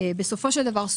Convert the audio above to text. בסופו של דבר,